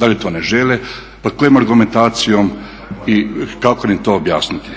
da li to ne žele, pod kojom argumentacijom i kako im to objasniti.